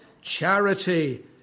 charity